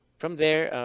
from there,